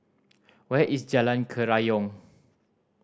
where is Jalan Kerayong